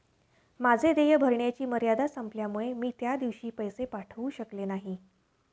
माझे देय भरण्याची मर्यादा संपल्यामुळे मी त्या दिवशी पैसे पाठवू शकले नाही